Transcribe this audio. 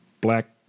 black